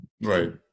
Right